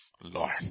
Lord